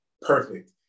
Perfect